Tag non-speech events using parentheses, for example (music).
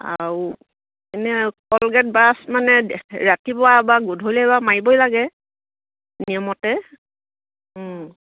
আৰু এনেই আৰু কলগেট বাছ মানে (unintelligible) ৰাতিপুৱা এবাৰ গধূলি এবাৰ মাৰিবই লাগে নিয়মতে